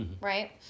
right